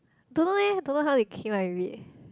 don't know eh don't know how they came up with it